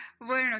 Bueno